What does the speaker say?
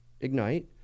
ignite